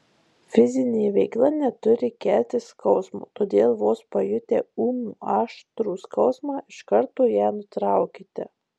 fizinė veikla neturi kelti skausmo todėl vos pajutę ūmų aštrų skausmą iš karto ją nutraukite